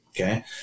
Okay